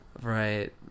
Right